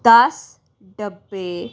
ਦੱਸ ਡੱਬੇ